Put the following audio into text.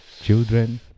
Children